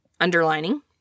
underlining